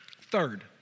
Third